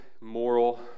moral